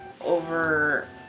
over